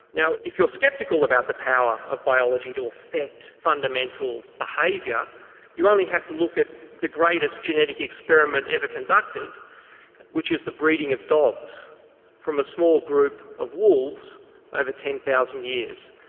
now if you're sceptical about the power of biology to affect fundamental behaviour you only have to look at the greatest genetic experiment ever conducted which is the breeding of dogs from a small group of wolves over ten thousand years.